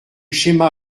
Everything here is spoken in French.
schéma